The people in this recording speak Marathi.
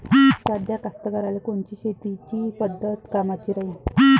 साध्या कास्तकाराइले कोनची शेतीची पद्धत कामाची राहीन?